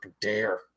dare